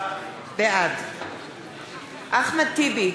בעד אחמד טיבי,